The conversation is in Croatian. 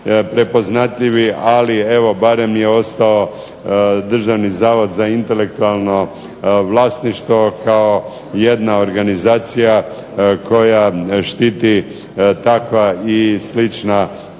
prepoznatljivi, ali evo barem je ostao Državni zavod za intelektualno vlasništvo kao jedna organizacija koja štiti takva i slična